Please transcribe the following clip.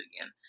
again